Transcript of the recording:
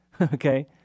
okay